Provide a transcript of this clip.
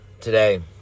today